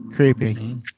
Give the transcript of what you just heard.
Creepy